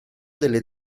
delle